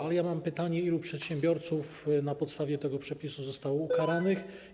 Ale mam pytanie: Ilu przedsiębiorców na podstawie tego przepisu zostało ukaranych?